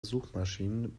suchmaschinen